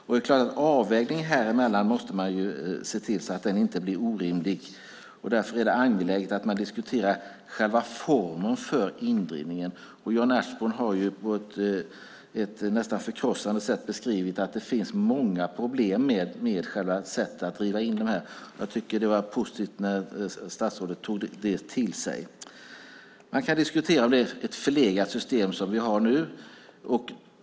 Man måste förstås se till att avvägningen här emellan inte blir orimlig, och därför är det angeläget att man diskuterar själva formen för indrivningen. Jan Ertsborn har ju på ett nästan förkrossande sätt beskrivit att det finns många problem med själva sättet att driva in avgiften. Jag tyckte att det var positivt när statsrådet tog det till sig. Man kan diskutera om det är ett förlegat system som vi har nu.